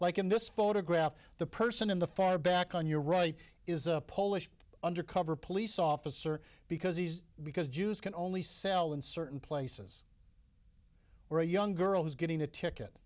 like in this photograph the person in the far back on your right is a polish undercover police officer because he's because jews can only sell in certain places where a young girl who's getting a ticket